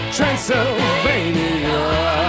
Transylvania